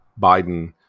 biden